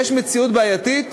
יש מציאות בעייתית.